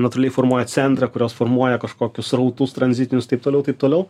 natūraliai formuoja centrą kurios formuoja kažkokius srautus tranzitinius taip toliau taip toliau